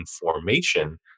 formation